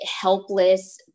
helpless